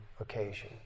occasion